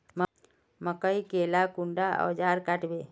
मकई के ला कुंडा ओजार काट छै?